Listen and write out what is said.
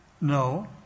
No